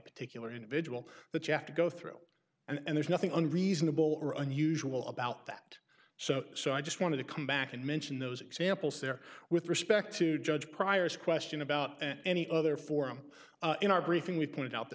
particularly individual that you have to go through and there's nothing unreasonable or unusual about that so so i just wanted to come back and mention those examples there with respect to judge priors question about any other forum in our briefing we pointed out there